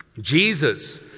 Jesus